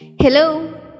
Hello